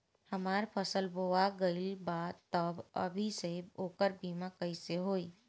हमार फसल बोवा गएल बा तब अभी से ओकर बीमा कइसे होई?